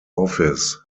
office